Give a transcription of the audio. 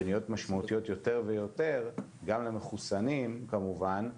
ונהיות משמעותיות יותר ויותר גם למחוסנים כמובן,